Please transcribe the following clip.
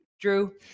Drew